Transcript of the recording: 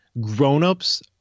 Grownups